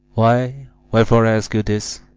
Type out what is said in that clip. why, wherefore ask you this?